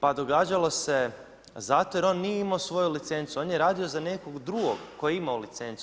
Pa događalo se zato jer on nije imao svoju licencu, on je radio za nekog drugog tko je imao licencu.